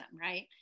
Right